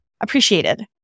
appreciated